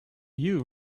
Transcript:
you